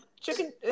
chicken